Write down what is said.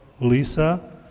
Lisa